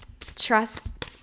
Trust